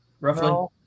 roughly